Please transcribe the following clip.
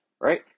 Right